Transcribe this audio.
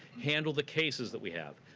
handle the cases that we have,